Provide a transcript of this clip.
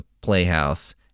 playhouse